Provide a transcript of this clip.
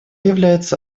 является